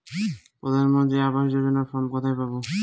প্রধান মন্ত্রী আবাস যোজনার ফর্ম কোথায় পাব?